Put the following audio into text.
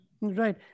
Right